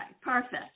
perfect